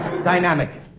Dynamic